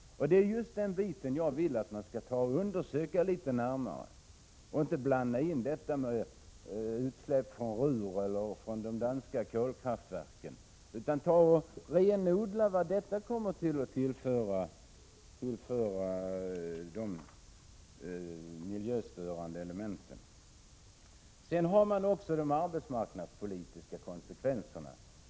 Det är just den biten jag vill att man skall undersöka litet närmare och inte blanda in utsläpp från Ruhr eller från de danska kolkraftverken. Renodla vad denna tunga biltrafik kommer att tillföra de miljöstörande elementen! Sedan blir det också arbetsmarknadspolitiska konsekvenser.